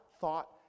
thought